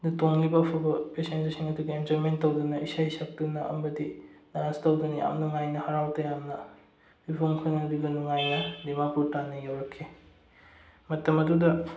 ꯑꯗꯣ ꯇꯣꯡꯂꯤꯕ ꯄꯦꯁꯦꯟꯖꯔꯁꯤꯡ ꯑꯗꯨꯒ ꯑꯦꯟꯖꯣꯏꯃꯦꯟ ꯇꯧꯗꯨꯅ ꯏꯁꯩ ꯁꯛꯇꯨꯅ ꯑꯃꯗꯤ ꯗꯥꯟꯁ ꯇꯧꯗꯨꯅ ꯌꯥꯝ ꯅꯨꯡꯉꯥꯏꯅ ꯍꯔꯥꯎ ꯇꯌꯥꯝꯅ ꯃꯤꯄꯨꯡ ꯈꯨꯗꯤꯡꯃꯛ ꯑꯗꯨꯗ ꯅꯨꯡꯉꯥꯏꯅ ꯗꯤꯃꯥꯄꯨꯔ ꯇꯝꯅ ꯌꯧꯔꯛꯈꯤ ꯃꯇꯝ ꯑꯗꯨꯗ